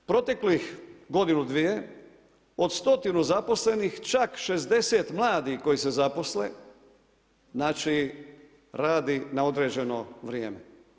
Proteklih godinu, dvije od stotinu zaposlenih čak 60 mladih koji se zaposle, znači radi na određeno vrijeme.